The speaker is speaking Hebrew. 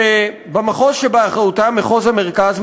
שבמחוז שבאחריותה, מחוז המרכז,